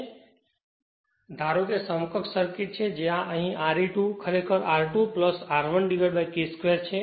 તેથી ધારો કે આ સમકક્ષ સર્કિટ જે આ છે અહી Re2 ખરેખર R2 R1K 2 છે